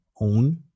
own